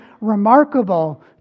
remarkable